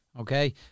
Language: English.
Okay